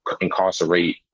incarcerate